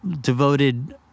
devoted